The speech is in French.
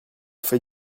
fait